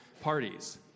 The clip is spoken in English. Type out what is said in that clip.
parties